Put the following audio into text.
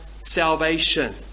salvation